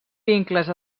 vincles